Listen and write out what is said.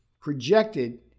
projected